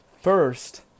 First